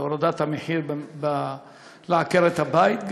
להורדת המחיר לעקרת הבית,